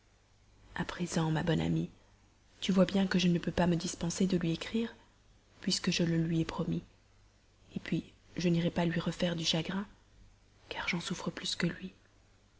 à présent ma bonne amie tu vois bien que je ne peux pas me dispenser de lui écrire puisque je le lui ai promis puis je n'irai pas lui refaire encore du chagrin car j'en souffre plus que lui